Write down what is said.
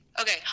Okay